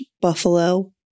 buffalo